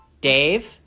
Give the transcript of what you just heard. Dave